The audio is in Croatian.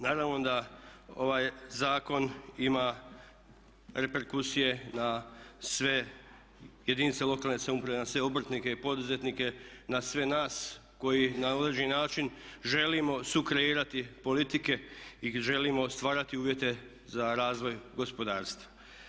Naravno da ovaj zakon ima reperkusije na sve jedinice lokalne samouprave, na sve obrtnike i poduzetnike, na sve nas koji na određeni način želimo sukreirati polite i želimo stvarati uvjete za razvoj gospodarstva.